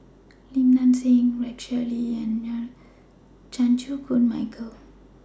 Lim Nang Seng Rex Shelley and Chan Chew Koon Michael